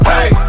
Hey